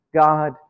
God